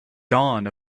dawn